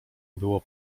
było